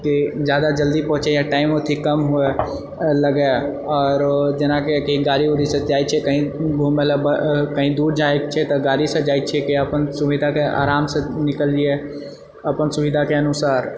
कि जादा जल्दी पहुँचिऐ टाइम अथी कम लगैए आओर जेनाकि गाड़ी उड़ीसँ जाए छिऐ कही घुमए लऽ कही दूर जाइत छिऐ तऽ गाड़ीसँ जाइत छिऐ कि अपन सुविधाके आरामसँ निकलिऐ अपन सुविधाके अनुसार